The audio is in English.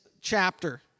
chapter